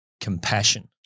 compassion